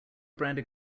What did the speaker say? branded